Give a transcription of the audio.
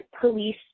police